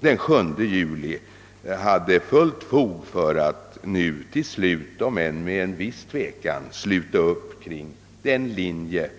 den 7 juli hade fullt fog för att nu till slut, om än med en viss tvekan, sluta upp kring regeringens linje.